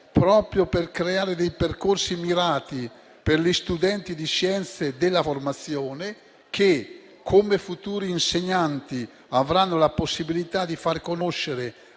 proprio per creare percorsi mirati per gli studenti di Scienze della formazione, che come futuri insegnanti avranno la possibilità di far conoscere